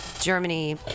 Germany